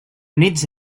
units